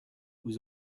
vous